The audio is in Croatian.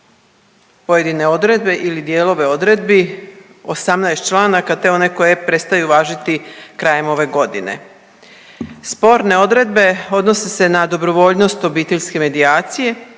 pojedine odredbe ili dijelove odredbi 18 članaka te one koje prestaju važiti krajem ove godine. Sporne odredbe odnose se na dobrovoljnost obiteljske medijacije,